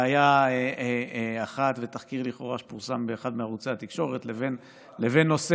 בעיה אחת ותחקיר לכאורה שפורסם באחד מערוצי התקשורת לבין נושא,